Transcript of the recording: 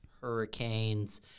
hurricanes